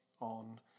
on